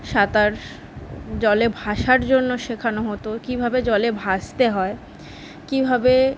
সাঁতার জলে ভাসার জন্য শেখানো হতো কীভাবে জলে ভাসতে হয় কীভাবে